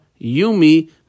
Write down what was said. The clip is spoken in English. Yumi